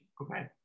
Okay